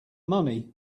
money